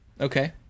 Okay